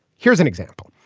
here's an example.